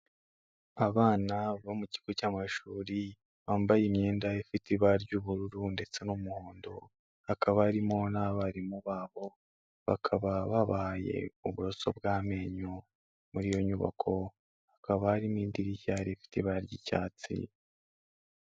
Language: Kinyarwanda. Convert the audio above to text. Abana bo mu kigo cy'amashuri, bambaye imyenda ifite ibara ry'ubururu ndetse n'umuhondo, hakaba harimo n'abarimu babo, bakaba babahaye uburoso bw'amenyo, muri iyo nyubako, hakaba harimo idirishya rifite ibara ry'icyatsi.